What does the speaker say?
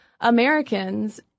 Americans